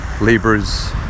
Libras